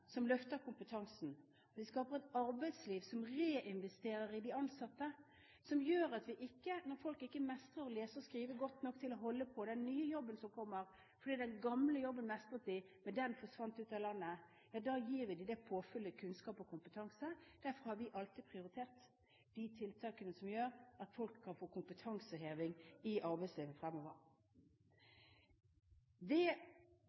som løfter kompetansen, at vi skaper et arbeidsliv som reinvesterer i de ansatte, og som gjør at når folk ikke mestrer å lese og skrive godt nok til å holde på den nye jobben – mens de mestret den gamle jobben, men den forsvant ut av landet – gir vi dem det påfyllet i kunnskap og kompetanse. Derfor har vi alltid prioritert de tiltakene som gjør at folk kan få kompetanseheving i